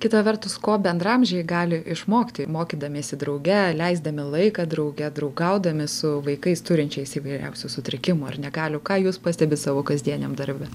kita vertus ko bendraamžiai gali išmokti mokydamiesi drauge leisdami laiką drauge draugaudami su vaikais turinčiais įvairiausių sutrikimų ar negalių ką jūs pastebit savo kasdieniam darbe